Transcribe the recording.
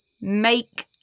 Make